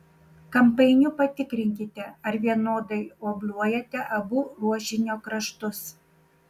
kampainiu patikrinkite ar vienodai obliuojate abu ruošinio kraštus